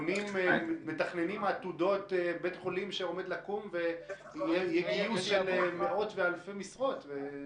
מתכננים בית חולים שעומד לקום ויהיה גיוס של מאות ואלפי משרות.